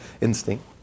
instinct